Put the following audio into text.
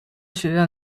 学院